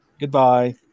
Goodbye